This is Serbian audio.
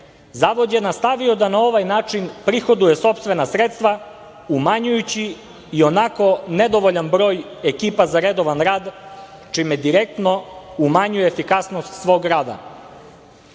Zavod je nastavio da na ovaj način prihoduje sopstvena sredstva umanjujući ionako nedovoljan broj ekipa za redovan rad čime direktno umanjuje efikasnost svog